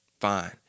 Fine